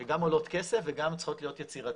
שגם עולות כסף וגם צריכות להיות יצירתיות.